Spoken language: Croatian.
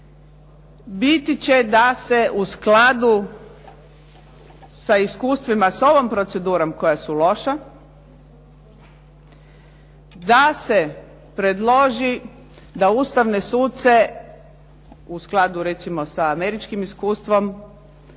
biti će da se u skladu sa iskustvima s ovom procedurom koja su loša, da se predloži da ustavne suce u skladu recimo sa američkim iskustvom